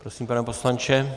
Prosím, pane poslanče.